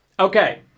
Okay